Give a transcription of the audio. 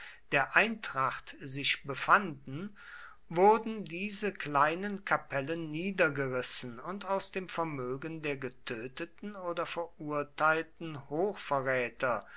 der eintracht sich befanden wurden diese kleinen kapellen niedergerissen und aus dem vermögen der getöteten oder verurteilten hochverräter